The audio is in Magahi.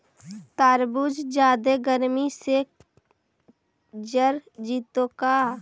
तारबुज जादे गर्मी से जर जितै का?